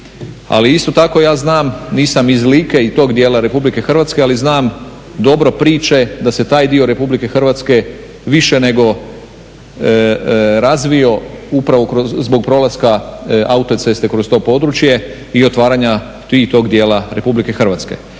Ali isto tako ja znam, nisam iz Like i tog dijela Republike Hrvatske ali znam dobro priče da se taj dio Republike Hrvatske više nego razvio upravo zbog prolaska autoceste kroz to područje i otvaranja tog djela Republike Hrvatske.